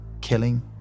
Killing